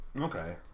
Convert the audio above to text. Okay